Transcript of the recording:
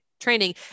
training